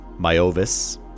Myovis